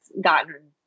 gotten